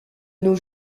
nos